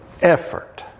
effort